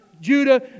Judah